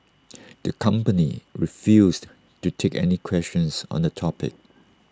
the company refused to take any questions on the topic